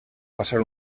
passar